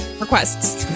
Requests